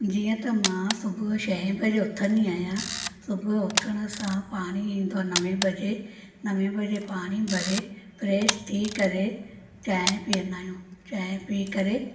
जीअं त मां सुबुह शह बजे उथंदी आहियां सुबुह उथण सां पाणी ईंदो आहे नवे बजे नवे बजे पाणी भरे फ्रेश थी करे चांहि पीअंदा आहियूं चांहि पी करे